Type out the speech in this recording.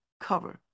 cover